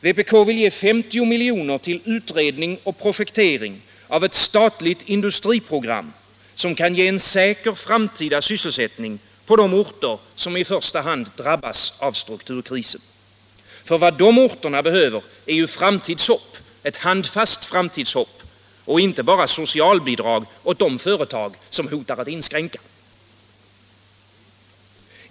Vpk vill ge 50 miljoner till utredning och projektering av ett statligt industriprogram, som kan ge säker framtida sysselsättning på de orter som främst drabbas av strukturkrisen. Vad de orterna behöver är ett handfast framtidshopp, inte socialbidrag åt de företag som hotar att inskränka.